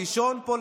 לישון פה,